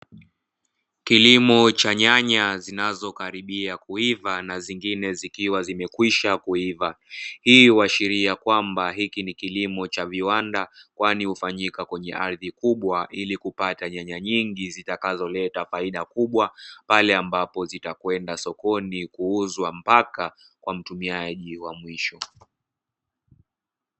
Kilimo cha nyanya zinazokaribia kuiva na nyingine zikiwa zimekwisha kuiva, hii ikiashiria kwamba hiki ni kilimo cha viwanda. Kwani hufanyika kwenye ardhi kubwa ili kupata nyanya nyingi, zitakazoleta faida kubwa pale ambapo zitakwenda sokoni kuuzwa mpaka kwa mtumiaji wa mwisho.